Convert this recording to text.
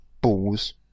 balls